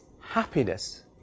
happiness